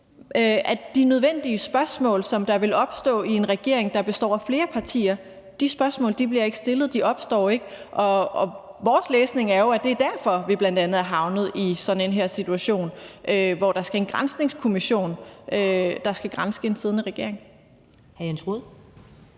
For de nødvendige spørgsmål, der vil opstå i en regering, der består af flere partier, bliver ikke stillet, de opstår ikke. Og vores læsning er jo, at det bl.a. er derfor, vi er havnet i sådan en situation, hvor der er en granskningskommission, der skal granske en siddende regering.